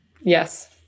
Yes